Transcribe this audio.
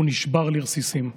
הוא נשבר לרסיסים.